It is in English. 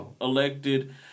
elected